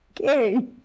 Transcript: Okay